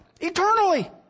Eternally